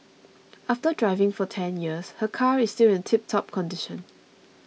after driving for ten years her car is still in tiptop condition